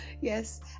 Yes